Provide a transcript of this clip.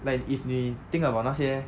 like if 你 think about 那些